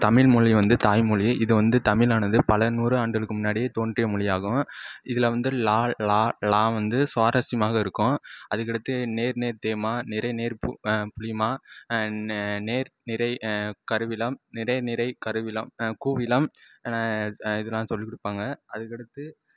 தமிழ்மொழி வந்து தாய்மொழி இதை வந்து தமிழானது பல நூறு ஆண்டுகளுக்கு முன்னாடியே தோன்றிய மொழி ஆகும் இதில் வந்து ல ள ழ வந்து சுவாரஸ்யமாக இருக்கும் அதுக்கு அடுத்து நேர் நேர் தேமா நிரை நேர் புளிமா நேர் நிரை கருவிளம் நிரை நிரை கருவிளம் கூவிளம் இதலாம் சொல்லி கொடுப்பாங்க அதுக்கு அடுத்து